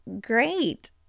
great